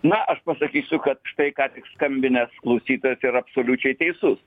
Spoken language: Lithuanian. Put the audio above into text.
na aš pasakysiu kad štai ką tik skambinęs klausytojas yra absoliučiai teisus